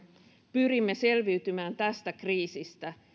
pyrimme selviytymään tästä kriisistä